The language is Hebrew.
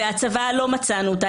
לא מצאנו את הצוואה,